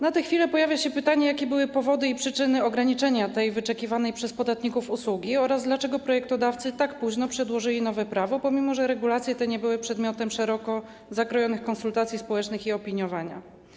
Na tę chwilę pojawia się pytanie, jakie były powody i przyczyny ograniczenia tej wyczekiwanej przez podatników usługi oraz dlaczego projektodawcy tak późno przedłożyli nowe prawo, pomimo że regulacje te nie były przedmiotem szeroko zakrojonych konsultacji społecznych i opiniowania.